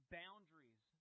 boundaries